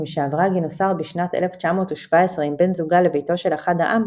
ומשעברה גינוסר בשנת 1917 עם בן זוגה לביתו של אחד העם,